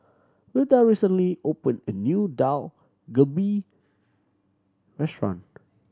Wilda recently opened a new Dak Galbi Restaurant